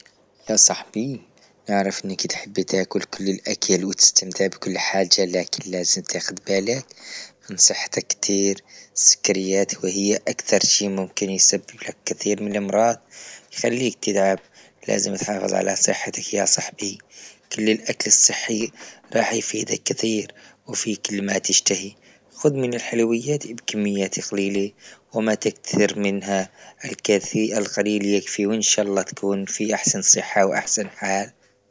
يا صاحبي أعرف انك تحب تاكل كل الأكل وتستمتعي بكل حاجة لكن لازم تاخد بالك. أنصحتك كتير سكريات وهي أكثر شي ممكن يسبب لك كثير من أمراض، خليك تلعب لازم تحافظ على صحتك يا صاحبي، خلي الأكل الصحي راح يفيدك كثير وفي كل ما تشتهي خذ من الحلويات كميات قليلة وما تكثر منها الكثير القليل يكفي، وإن شاء الله تكون في أحسن صحة وفي أحسن حال.